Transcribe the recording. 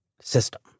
system